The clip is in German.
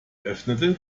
öffnete